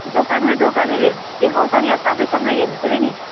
दोकानमै दोकानेले देखाउँछ नि अब तपाईँसँगै हेर्नुपऱ्यो नि